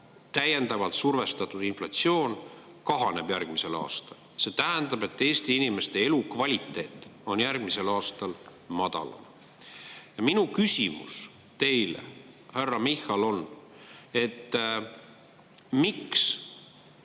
inflatsiooni tõttu – kahaneb järgmisel aastal. See tähendab, et Eesti inimeste elukvaliteet on järgmisel aastal madalam. Minu küsimus teile, härra Michal, on, et miks